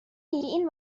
این